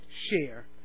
share